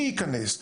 מי ייכנס?